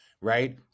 Right